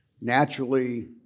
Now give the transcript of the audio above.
naturally